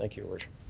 like your worship.